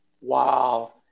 Wow